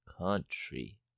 country